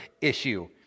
issue